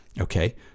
Okay